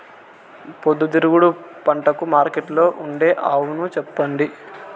పొద్దుతిరుగుడు పంటకు మార్కెట్లో ఉండే అవును చెప్పండి?